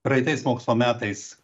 praeitais mokslo metais